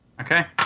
Okay